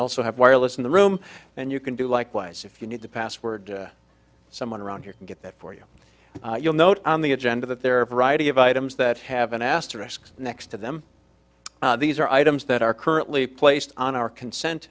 also have wireless in the room and you can do likewise if you need to password someone around here get that for you you'll note on the agenda that there are a variety of items that have an asterisk next to them these are items that are currently placed on our consent